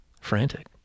frantic